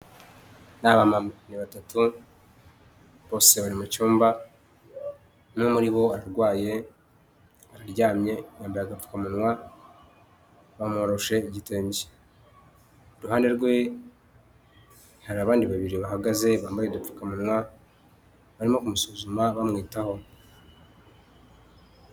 Ni abamama; ni batatu bose bari mu cyumba, umwe muri bo ararwaye, araryamye yambaye agapfukamunwa, bamworoshe igitenge, iruhande rwe hari abandi babiri bahagaze bambaye udupfukamunwa, bari kumusuzuma bamwitaho.